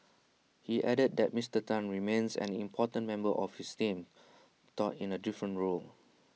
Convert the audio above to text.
he added that Mister Tan remains an important member of his team though in A different role